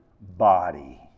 body